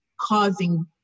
causing